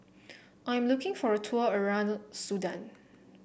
I'm looking for a tour around Sudan